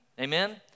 amen